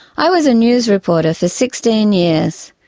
i was a news reporter for sixteen years,